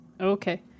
Okay